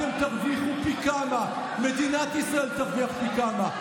אתם תרוויחו פי כמה, מדינת ישראל תרוויח פי כמה.